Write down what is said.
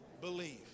believe